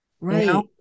Right